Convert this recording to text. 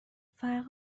فرق